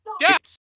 Yes